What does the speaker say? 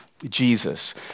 Jesus